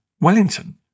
Wellington